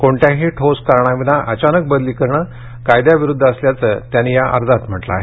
कोणत्याही ठोस कारणाविना अचानक बदली करणं कायद्याविरुद्ध असल्याचं त्यांनी या अर्जात म्हटलं आहे